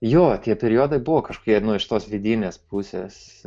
jo tie periodai buvo kažkokie iš tos vidinės pusės